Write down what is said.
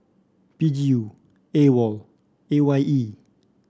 P G U AWOL A Y E